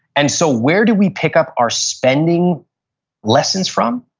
and so where do we pick up our spending lessons from?